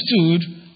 understood